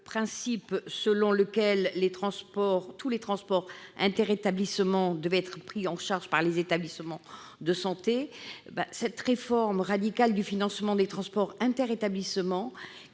principe selon lequel tous les transports inter-établissements devraient être pris en charge par les établissements de santé. Cette réforme radicale du financement des transports inter-établissements,